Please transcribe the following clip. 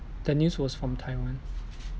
the news was from Taiwan